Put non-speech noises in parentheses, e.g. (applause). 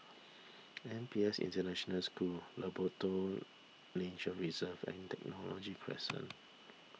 (noise) N P S International School Labrador Nature Reserve and Technology Crescent